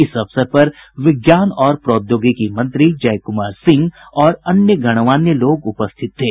इस अवसर पर विज्ञान और प्रौद्योगिकी मंत्री जयकुमार सिंह और अन्य गणमान्य लोग उपस्थित थे